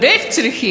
ועוד איך צריכים.